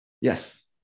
Yes